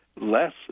less